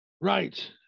Right